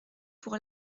pour